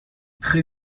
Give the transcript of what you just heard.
très